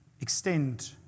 extend